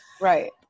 Right